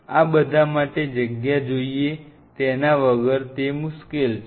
આ બધા માટે જગ્યા જોઈએ તેના વગર તે મુશ્કેલ છે